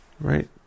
Right